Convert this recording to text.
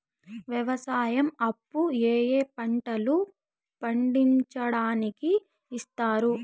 వ్యవసాయం అప్పు ఏ ఏ పంటలు పండించడానికి ఇస్తారు?